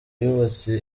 yubatse